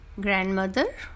grandmother